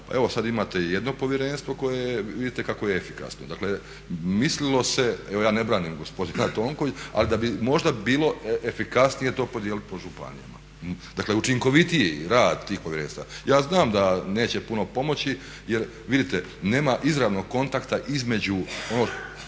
evo sada imate i jedno povjerenstvo koje, vidite kako je efikasno. Dakle mislilo se, evo ja ne branim gospodina Tonkovića, ali da bi možda bilo efikasnije to podijeliti po županijama. Dakle učinkovitiji rad tih povjerenstava. Ja znam da neće puno pomoći jer vidite, nema izravnog kontakta između,